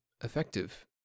effective